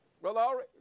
Brother